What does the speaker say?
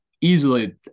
easily